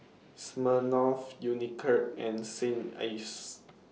Smirnoff Unicurd and Saint Ives